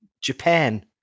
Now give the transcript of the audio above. Japan